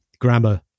grammar